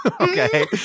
okay